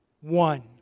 one